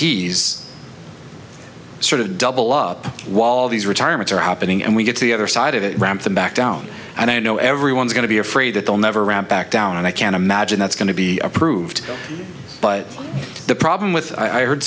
a s sort of double up wall these retirements are happening and we get to the other side of the ramp to back down and i know everyone's going to be afraid that they'll never ramp back down and i can't imagine that's going to be approved but the problem with i heard